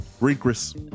Regress